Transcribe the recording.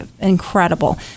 incredible